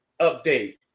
update